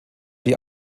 die